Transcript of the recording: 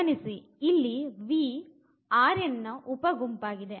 ಗಮನಿಸಿ ಇಲ್ಲಿ Vನ ಉಪ ಗುಂಪಾಗಿದೆ